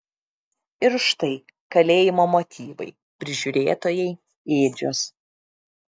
ir štai kalėjimo motyvai prižiūrėtojai ėdžios